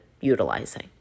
utilizing